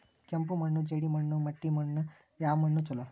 ಕೆಂಪು ಮಣ್ಣು, ಜೇಡಿ ಮಣ್ಣು, ಮಟ್ಟಿ ಮಣ್ಣ ಯಾವ ಮಣ್ಣ ಛಲೋ?